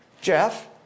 Jeff